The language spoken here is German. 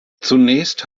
zunächst